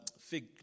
fig